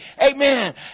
Amen